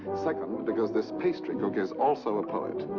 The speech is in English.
second, because this pastry cook is also a poet.